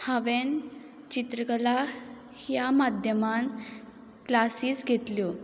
हांवें चित्रकला ह्या माध्यमान क्लासीस घेतल्यो